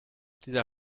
dieser